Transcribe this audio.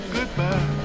Goodbye